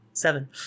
Seven